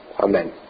Amen